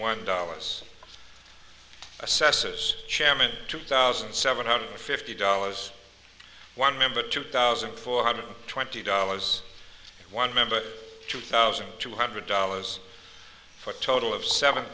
one dollars assessors chairman two thousand seven hundred fifty dollars one member two thousand four hundred twenty dollars one member two thousand two hundred dollars for a total of seven